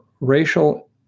racial